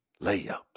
layups